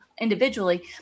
individually